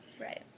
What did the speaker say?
Right